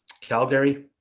Calgary